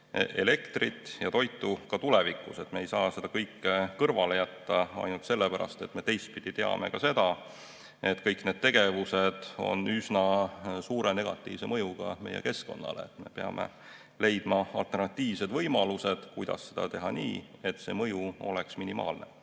ja toitu ka tulevikus, me ei saa seda kõike kõrvale jätta ainult sellepärast, et me teistpidi teame, et kõik need tegevused on üsna suure negatiivse mõjuga meie keskkonnale. Peame leidma alternatiivsed võimalused, kuidas seda teha nii, et see mõju oleks minimaalne.